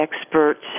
experts